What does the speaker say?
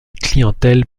clientèle